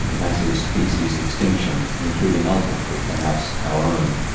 massive species extinction including ultimately perhaps our own.